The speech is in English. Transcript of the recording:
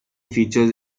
features